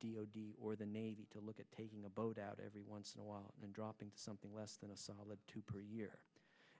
for or the navy to look at taking a boat out every once in a while and dropping to something less than a solid two per year